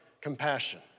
compassion